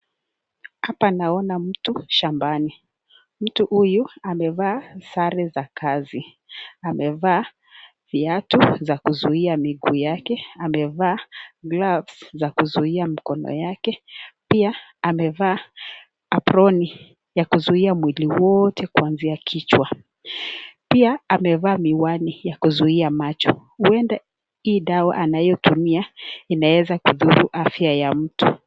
Hapa naona mtu shambani. Mtu huyu amevaa sare za kazi. Amevaa viatu za kuzuia miguu yake, amevaa gloves za kuzuia mkono yake. Pia amevaa aproni ya kuzuia mwili wote kuanzia kichwa. Pia amevaa miwani ya kuzuia macho. Huenda hii dawa anayotumia inaweza kudhuru afya ya mtu.